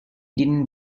didn’t